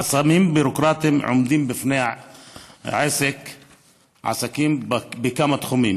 חסמים ביורוקרטיים עומדים בפני עסקים בכמה תחומים,